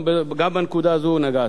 גם בנקודה הזאת נגעת.